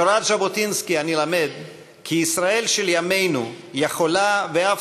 מתורת ז'בוטינסקי אני למד כי ישראל של ימינו יכולה ואף